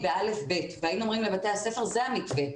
ב-א'-ב' והיינו אומרים לבתי הספר שזה המתווה,